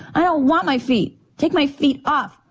i don't want my feet. take my feet off.